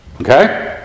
Okay